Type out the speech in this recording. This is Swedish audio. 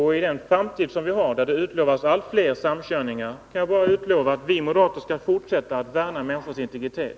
För framtiden, där det utlovas allt fler samkörningar, kan jag bara utlova att vi moderater skall fortsätta att värna människors integritet.